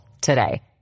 today